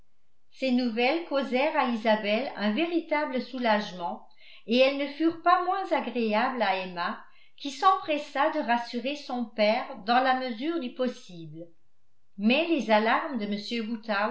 ces nouvelles causèrent à isabelle un véritable soulagement et elles ne furent pas moins agréables à emma qui s'empressa de rassurer son père dans la mesure du possible mais les alarmes de